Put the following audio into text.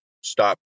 stop